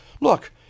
look